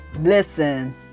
Listen